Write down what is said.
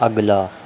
अगला